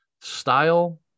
style